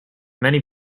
many